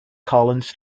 collins